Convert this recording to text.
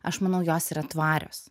aš manau jos yra tvarios